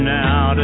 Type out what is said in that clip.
now